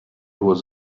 was